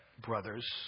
brothers